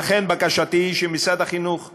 לכן בקשתי היא שמשרד החינוך ייצר,